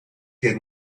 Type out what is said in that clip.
tiene